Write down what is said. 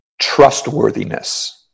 trustworthiness